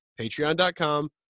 patreon.com